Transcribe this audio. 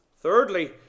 Thirdly